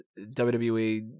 WWE